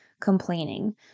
complaining